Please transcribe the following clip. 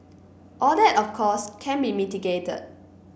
all that of course can be mitigated